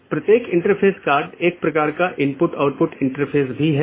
इसलिए बहुत से पारगमन ट्रैफ़िक का मतलब है कि आप पूरे सिस्टम को ओवरलोड कर रहे हैं